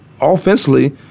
offensively